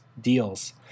deals